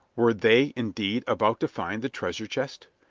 were they, indeed, about to find the treasure chest?